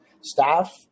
staff